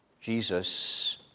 Jesus